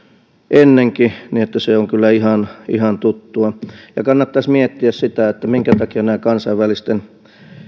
ennenkin niin että se on kyllä ihan ihan tuttua kannattaisi miettiä sitä minkä takia nämä kansainvälisten